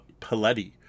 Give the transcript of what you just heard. Paletti